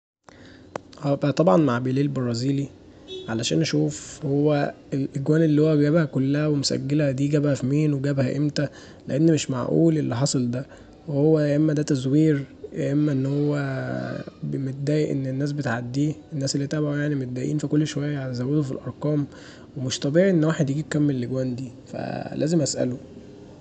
هبقي طبعا مع بيليه البرازيلي عشان اشوف الأجوان اللي هو جايبها ومسجلها دي جابها في مين وجابها امتي لان مش معقول اللي حاصل دا، وهو يا اما دا تزوير يا اما ان هو مضايق ان الناس بتعديه الناس اللي تبعه يعني مضايقين فكل شويه يزودوا في الأرقام، مش طبيعي ان واحد يجيب كم الاجوان دي، فلازم اسأله.